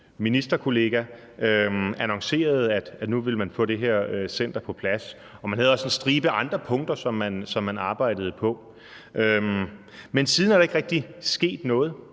ministerkollega annoncerede, at nu ville man få det her center på plads. Man havde også en stribe andre punkter, som man arbejdede på. Men siden er der ikke rigtig sket noget.